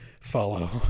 follow